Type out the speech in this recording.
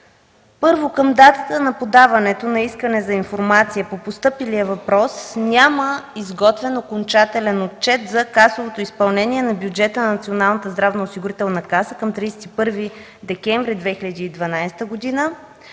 Първо, към датата на подаването на искане за информация по постъпилия въпрос няма изготвен окончателен отчет за касовото изпълнение на бюджета на Националната здравноосигурителна каса към 31 декември 2012 г.